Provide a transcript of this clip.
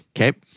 Okay